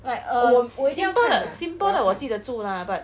like err si~ si~ simple 的 simple 的我记得住 lah but